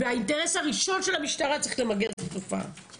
והאינטרס הראשון של המשטרה הוא למגר את התופעה הזאת.